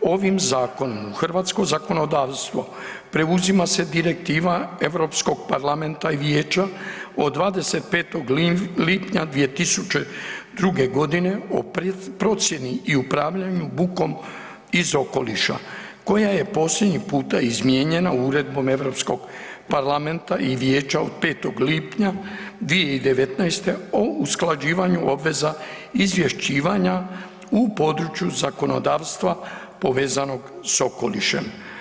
Ovim zakonom u hrvatsko zakonodavstvo preuzima se Direktiva EU parlamenta i Vijeća od 25. lipnja 2002. godine o procjeni i upravljanju bukom iz okoliša koja je posljednji puta izmijenjena Uredbom EU parlamenta i Vijeća od 5. lipnja 2019. o usklađivanju obveza izvješćivanja u području zakonodavstva povezanog s okolišem.